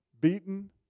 Beaten